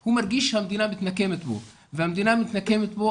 הוא מרגיש שהמדינה מתנקמת בו והמדינה מתנקמת בו